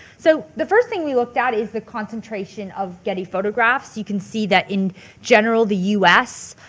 so the first thing we looked at is the concentration of getty photographs. you can see that in general the u s,